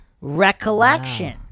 recollection